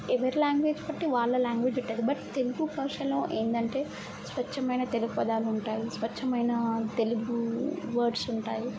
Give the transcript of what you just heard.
ఎవరి లాంగ్వేజ్ బట్టి వాళ్ళ లాంగ్వేజ్ ఉంటుంది బట్ తెలుగు భాషలో ఏంటంటే స్వచ్ఛమైన తెలుగు పదాలు ఉంటాయి స్వచ్ఛమైన తెలుగు వర్డ్స్ ఉంటాయి